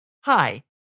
Hi